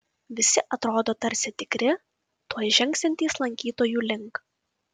visi atrodo tarsi tikri tuoj žengsiantys lankytojų link